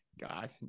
God